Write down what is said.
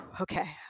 okay